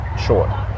sure